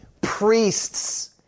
priests